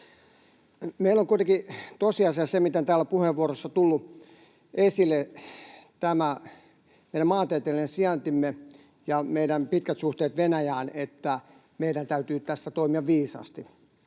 Meillä on kuitenkin tosiasia se, mikä täällä puheenvuoroissa on tullut esille, eli tämä meidän maantieteellinen sijaintimme ja meidän pitkät suhteemme Venäjään. Meidän täytyy tässä toimia viisaasti.